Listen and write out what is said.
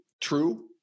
true